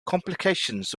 complications